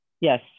Yes